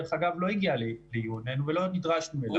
שדרך אגב לא הגיע לעיוננו ולא נדרשנו אליו.